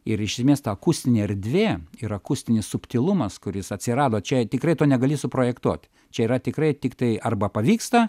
ir iš esmės ta akustinė erdvė ir akustinis subtilumas kuris atsirado čia tikrai to negali suprojektuot čia yra tikrai tiktai arba pavyksta